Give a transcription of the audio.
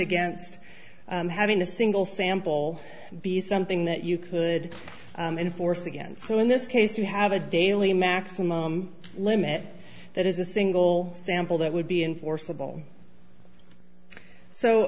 against having a single sample be something that you could enforce against in this case you have a daily maximum limit that is a single sample that would be enforceable so